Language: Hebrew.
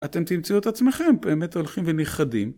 אתם תמצאו את עצמכם, באמת הולכים ונכחדים.